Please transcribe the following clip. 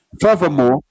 Furthermore